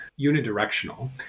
unidirectional